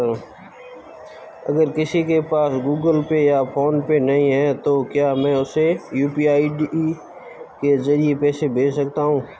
अगर किसी के पास गूगल पे या फोनपे नहीं है तो क्या मैं उसे यू.पी.आई के ज़रिए पैसे भेज सकता हूं?